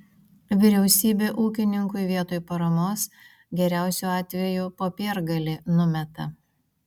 vyriausybė ūkininkui vietoj paramos geriausiu atveju popiergalį numeta